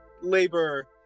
labor